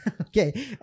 Okay